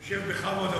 אני יושב בכבוד,